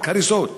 רק הריסות.